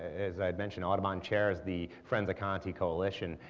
as i had mentioned, audubon chairs the friends of conte coalition.